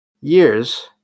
years